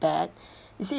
bad you see